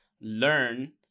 learn